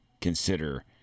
consider